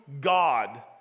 God